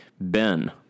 Ben